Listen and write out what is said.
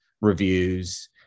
reviews